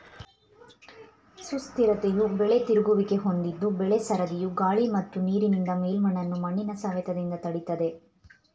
ಸುಸ್ಥಿರತೆಯು ಬೆಳೆ ತಿರುಗುವಿಕೆ ಹೊಂದಿದ್ದು ಬೆಳೆ ಸರದಿಯು ಗಾಳಿ ಮತ್ತು ನೀರಿನಿಂದ ಮೇಲ್ಮಣ್ಣನ್ನು ಮಣ್ಣಿನ ಸವೆತದಿಂದ ತಡಿತದೆ